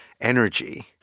energy